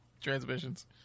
transmissions